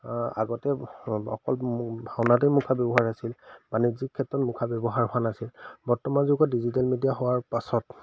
আগতে অকল ভাওনাতে মুখা ব্যৱহাৰ আছিল বাণিজ্যিক ক্ষেত্ৰত মুখা ব্যৱহাৰ হোৱা নাছিল বৰ্তমান যুগত ডিজিটেল মিডিয়া হোৱাৰ পাছত